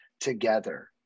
together